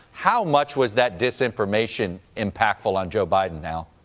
how much was that disinformation impactful on joe biden now.